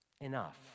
enough